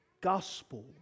Gospel